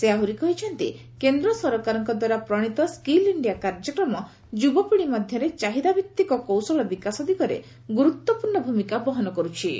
ସେ ଆହୁରି କହିଛନ୍ତି କେନ୍ଦ୍ର ସରକାରଙ୍କଦ୍ୱାରା ପ୍ରଣୀତ ସ୍କିଲ୍ ଇଣ୍ଡିଆ କାର୍ଯ୍ୟକ୍ରମ ଯୁବପିଢ଼ି ମଧ୍ୟରେ ଚାହିଦାଭିତ୍ତିକ କୌଶଳ ବିକାଶ ଦିଗରେ ଗୁରୁତ୍ୱପୂର୍ଣ୍ଣ ଭୂମିକା ବହନ କର୍ତ୍ତି